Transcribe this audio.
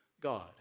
God